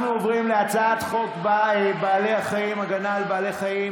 אנחנו עוברים להצעת חוק צער בעלי חיים (הגנה על בעלי חיים)